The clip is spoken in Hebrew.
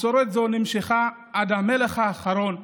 מסורת זו נמשכה עד המלך האחרון,